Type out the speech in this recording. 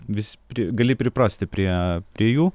vis pri gali priprasti priee prie jų